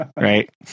Right